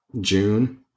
June